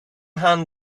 hand